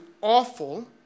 awful